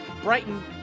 Brighton